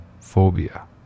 Phobia